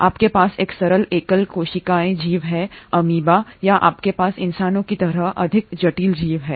आपके पास एक सरल एकल कोशिकीय जीव है अमीबा या आपके पास इंसानों की तरह अधिक जटिल जीव हैं